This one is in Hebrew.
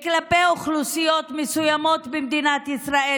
כלפי אוכלוסיות מסוימות במדינת ישראל,